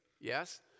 Yes